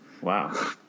Wow